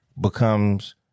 becomes